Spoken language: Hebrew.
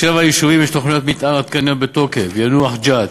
לשבעה יישובים יש תוכניות מתאר עדכניות בתוקף: יאנוח-ג׳ת,